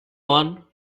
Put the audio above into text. one